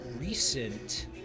recent